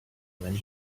when